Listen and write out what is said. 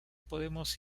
podemos